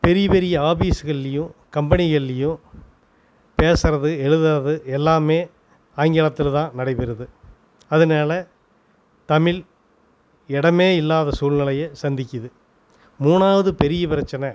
பெரிய பெரிய ஆஃபீஸ்கள்லேயும் கம்பெனிகள்லேயும் பேசுவது எழுதுவது எல்லாம் ஆங்கிலத்தில் தான் நடைபெறுது அதனால தமிழ் இடமே இல்லாத சூல்நிலைய சந்திக்குது மூணாவது பெரிய பிரச்சனை